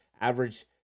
average